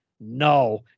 No